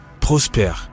Prosper